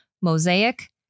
Mosaic